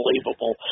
unbelievable